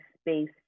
space